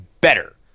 better